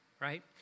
right